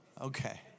Okay